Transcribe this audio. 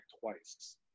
twice